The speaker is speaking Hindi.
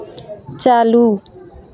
चालू